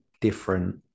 different